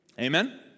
Amen